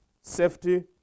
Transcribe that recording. safety